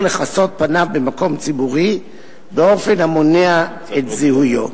לכסות את פניו במקום ציבורי באופן המונע את זיהויו.